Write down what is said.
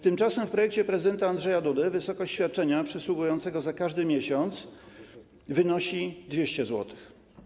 Tymczasem w projekcie prezydenta Andrzeja Dudy wysokość świadczenia przysługującego za każdy miesiąc wynosi 200 zł.